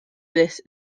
this